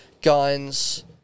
Guns